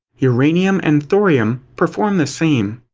uranium and thorium perform the same.